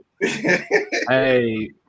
hey